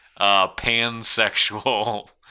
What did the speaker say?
pansexual